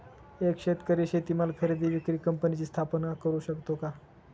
एक शेतकरी शेतीमाल खरेदी विक्री कंपनीची स्थापना करु शकतो का?